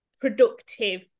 productive